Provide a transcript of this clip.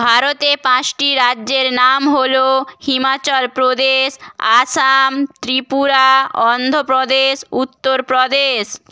ভারতে পাঁচটি রাজ্যের নাম হল হিমাচলপ্রদেশ আসাম ত্রিপুরা অন্ধ্রপ্রদেশ উত্তরপ্রদেশ